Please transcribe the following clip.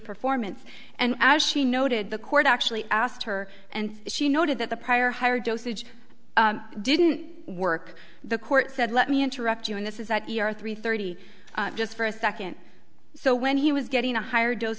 performance and as she noted the court actually asked her and she noted that the prior higher dosage didn't work the court said let me interrupt you and this is that you are three thirty just for a second so when he was getting a higher dose